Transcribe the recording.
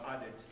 added